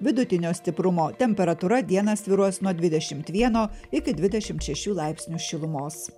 vidutinio stiprumo temperatūra dieną svyruos nuo dvidešimt vieno iki dvidešimt šešių laipsnių šilumos